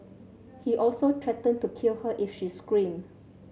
he also threatened to kill her if she screamed